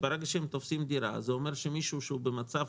וכאשר הם תופסים דירה זה אומר שמישהו שהוא במצב